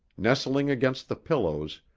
nestling against the pillows,